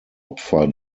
opfer